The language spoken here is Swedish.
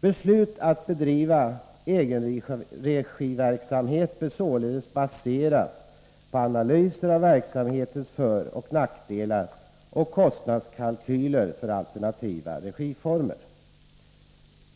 Beslut att bedriva egenregiverksamhet bör således baseras på analyser av verksamhetens föroch nackdelar och kostnadskalkyler för alternativa regiformer.” Riksrevisionsverket gör följande kommentar: